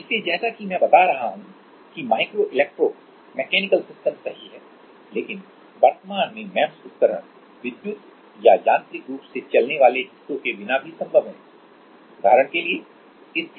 इसलिए जैसा कि मैं बता रहा हूं कि माइक्रो इलेक्ट्रिक मैकेनिकल सिस्टम सही हैं लेकिन वर्तमान में एमईएमएस उपकरण विद्युत या यांत्रिक रूप से चलने वाले हिस्सों के बिना भी संभव हैं उदाहरण के लिए स्थिर माइक्रोफ्लुडिक संरचनाएं